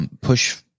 push –